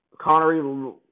Connery